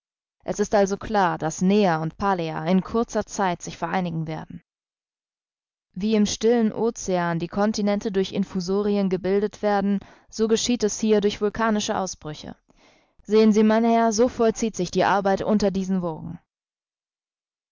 es ist also klar daß nea und palea in kurzer zeit sich vereinigen werden wie im stillen ocean die continente durch infusorien gebildet werden so geschieht es hier durch vulkanische ausbrüche sehen sie mein herr so vollzieht sich die arbeit unter diesen wogen